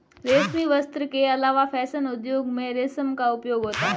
रेशमी वस्त्र के अलावा फैशन उद्योग में रेशम का उपयोग होता है